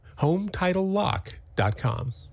HomeTitleLock.com